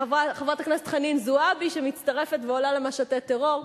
חברת הכנסת חנין זועבי, שמצטרפת ועולה למשטי טרור.